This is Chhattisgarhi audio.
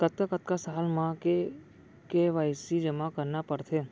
कतका कतका साल म के के.वाई.सी जेमा करना पड़थे?